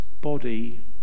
body